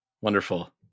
Wonderful